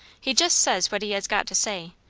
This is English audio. he just says what he has got to say,